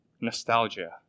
nostalgia